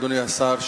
אדוני השר,